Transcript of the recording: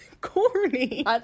Corny